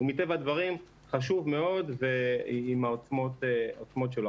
הוא מטבע הדברים חשוב מאוד ועם העוצמות שלו.